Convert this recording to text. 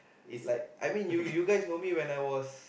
like I mean you you guys know me when I was